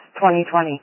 2020